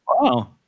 wow